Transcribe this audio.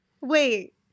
Wait